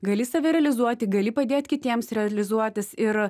gali save realizuoti gali padėt kitiems realizuotis ir